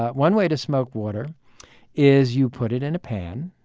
one way to smoke water is you put it in a pan,